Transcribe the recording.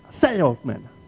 salesman